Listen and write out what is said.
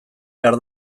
behar